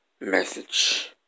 message